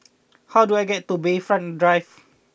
how do I get to Bayfront Drive